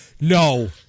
No